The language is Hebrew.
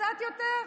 קצת יותר,